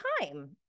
time